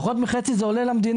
פחות מחצי זה עולה למדינה.